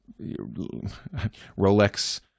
Rolex